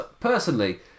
personally